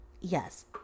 Yes